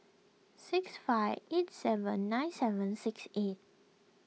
six five eight seven nine seven six eight